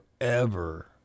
forever